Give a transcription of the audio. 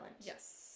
Yes